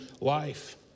life